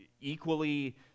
equally